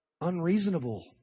unreasonable